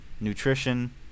nutrition